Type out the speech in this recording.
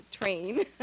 train